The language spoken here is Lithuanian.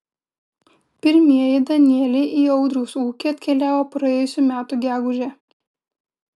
pirmieji danieliai į audriaus ūkį atkeliavo praėjusių metų gegužę